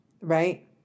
right